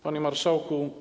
Panie Marszałku!